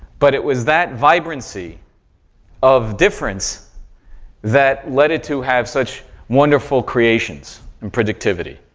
but it was that vibrancy of difference that led it to have such wonderful creations and productivity.